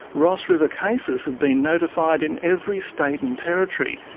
ross river cases have been notified in every state and territory,